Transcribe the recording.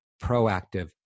proactive